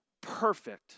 perfect